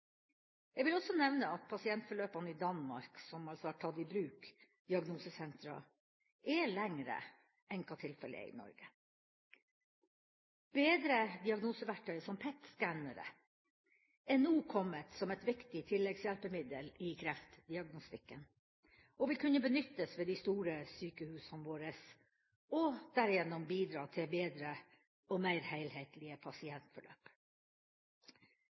Jeg vil også nevne at pasientforløpene i Danmark, der man altså har tatt i bruk diagnosesentre, er lenger enn hva tilfellet er i Norge. Bedre diagnoseverktøy, som PET-skannere, er nå kommet som et viktig tilleggshjelpemiddel i kreftdiagnostikken og vil kunne benyttes ved de store sykehusene våre – og derigjennom bidra til bedre og mer helhetlige pasientforløp.